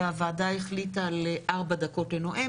והוועדה החליטה על ארבע דקות לסיעה,